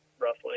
roughly